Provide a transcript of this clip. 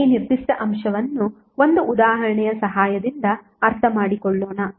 ಈಗ ಈ ನಿರ್ದಿಷ್ಟ ಅಂಶವನ್ನು ಒಂದು ಉದಾಹರಣೆಯ ಸಹಾಯದಿಂದ ಅರ್ಥಮಾಡಿಕೊಳ್ಳೋಣ